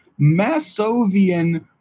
Masovian